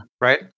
right